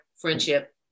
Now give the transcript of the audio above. friendship